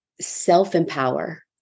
self-empower